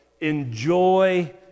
enjoy